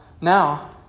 now